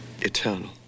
eternal